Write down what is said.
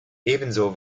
ebenso